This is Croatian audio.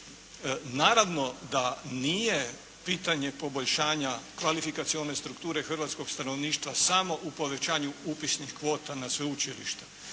Naravno da nije pitanje poboljšanje kvalifikacione strukture hrvatskog stanovništva samo u povećanju upisnih kvota na sveučilišta,